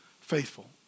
faithful